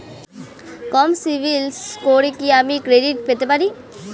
কম CIBIL স্কোরে কি আমি ক্রেডিট পেতে পারি?